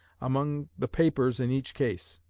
among the papers in each case.